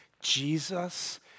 Jesus